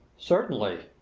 certainly!